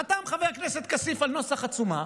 חתם חבר הכנסת כסיף על נוסח עצומה